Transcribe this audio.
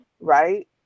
Right